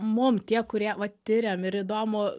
mum tie kurie va tiriam ir įdomu